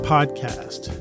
Podcast